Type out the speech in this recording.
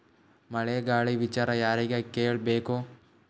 ಮಳೆ ಗಾಳಿ ವಿಚಾರ ಯಾರಿಗೆ ಕೇಳ್ ಬೇಕು?